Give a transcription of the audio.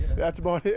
that's about it.